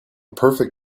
perfect